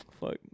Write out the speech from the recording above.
fuck